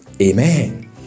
amen